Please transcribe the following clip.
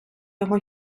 його